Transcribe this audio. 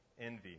envy